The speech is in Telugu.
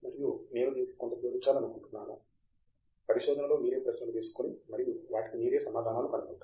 తంగిరాల మరియు నేను దీనికి కొంత జోడించాలనుకుంటున్నాను పరిశోధనలో మీరే ప్రశ్నలు వేసుకుని మరియు వాటికి మీరే సమాధానాలు కనుగొంటారు